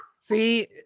See